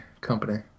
company